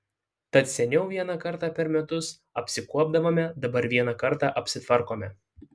tad seniau vieną kartą per metus apsikuopdavome dabar vieną kartą apsitvarkome